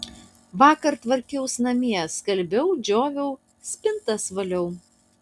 vakar tvarkiaus namie skalbiau džioviau spintas valiau